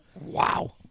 wow